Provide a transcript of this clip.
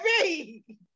baby